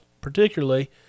particularly